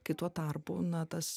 kai tuo tarpu na tas